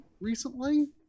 recently